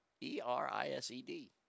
E-R-I-S-E-D